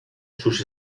sus